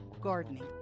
gardening